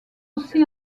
aussi